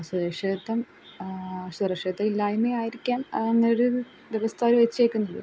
സുരക്ഷിതത്വം സുരക്ഷിതത്വം ഇല്ലായ്മ ആയിരിക്കാം അങ്ങനെയൊരു വ്യവസ്ഥ അവർ വെച്ചേക്കുന്നത്